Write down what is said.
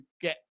get